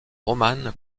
romane